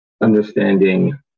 understanding